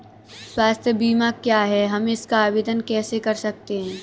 स्वास्थ्य बीमा क्या है हम इसका आवेदन कैसे कर सकते हैं?